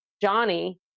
Johnny